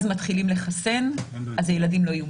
מתחילים לחסן אז הילדים לא יהיו מוגנים.